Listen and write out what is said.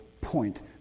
point